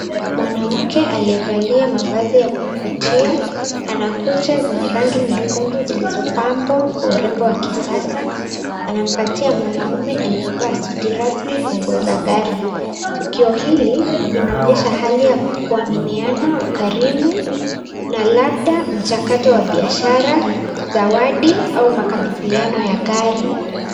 Mwanamke aliyevalia mavazi ya kufutia ana Kuja zenye rangi nyekundu zilizopabwa Kwa urembo wa kisasa anampatia mwanaume aliyevaa suti rasmi funguo ya gari, tukio hili linaonyesha hali ya kuaminiana ukarumin na labda mjakata wa biashara sawadi au mkabitiani wa gari